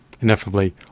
ineffably